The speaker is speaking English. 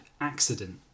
accident